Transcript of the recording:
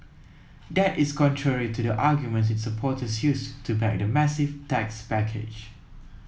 that is contrary to the arguments its supporters used to back the massive tax package